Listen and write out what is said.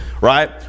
right